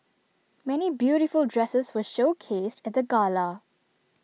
many beautiful dresses were showcased at the gala